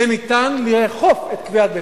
יהיה ניתן לאכוף את קביעת בית-הדין.